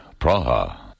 Praha